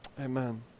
Amen